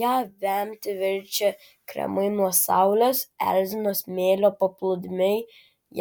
ją vemti verčia kremai nuo saulės erzina smėlio paplūdimiai